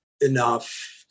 enough